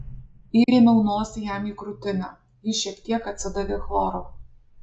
įrėmiau nosį jam į krūtinę ji šiek tiek atsidavė chloru